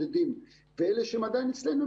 ואלה שהם עדיין אצלנו,